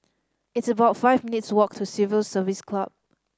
it's about five minutes' walk to Civil Service Club